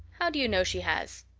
how do you know she has?